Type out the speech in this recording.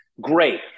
Great